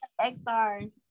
XR